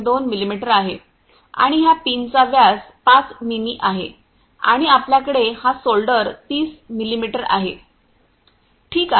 2 मिमी आहे आणि ह्या पिन चा व्यास 5 मिमी आहे आणि आपल्याकडे हा सोल्डर 30 मिमी आहे ठीक आहे